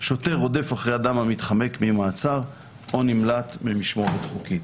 שוטר רודף אחרי אדם המתחמק ממעצר או נמלט ממשמורת חוקית".